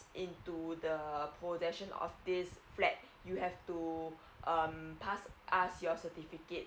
into the possession of this flat you have to um pass us your certificate